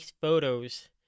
photos